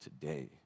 today